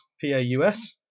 P-A-U-S